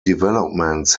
developments